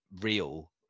real